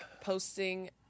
posting